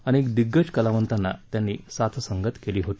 अनेक दिग्गज कलावंतांना त्यांनी साथसंगत केली होती